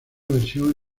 versión